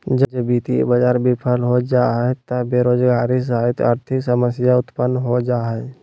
जब वित्तीय बाज़ार बिफल हो जा हइ त बेरोजगारी सहित आर्थिक समस्या उतपन्न हो जा हइ